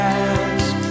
ask